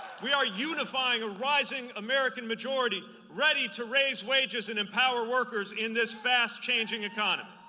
we are unifying a rising american majority ready to raise wages and empower workers in this fast changing economy.